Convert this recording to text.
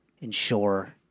ensure